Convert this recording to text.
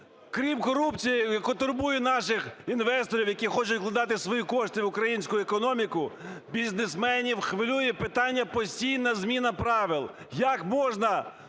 Крім корупції, яка турбує наших інвесторів, які хочуть вкладати свої кошти в українську економіку, бізнесменів хвилює питання - постійна зміна правил. Як можна